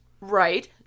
Right